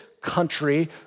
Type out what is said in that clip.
country